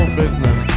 business